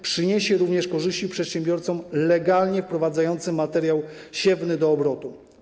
Przyniesie również korzyści przedsiębiorcom legalnie wprowadzającym materiał siewny do obrotu.